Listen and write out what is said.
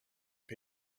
phd